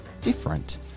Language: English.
different